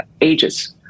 ages